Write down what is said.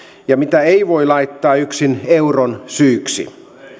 mitä ei voi laittaa yksin euron syyksi